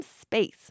space